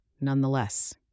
nonetheless